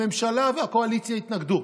הממשלה והקואליציה התנגדו.